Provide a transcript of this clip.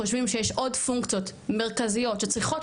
חושבים שיש עוד פונקציות מרכזיות שצריכות